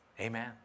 Amen